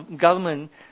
government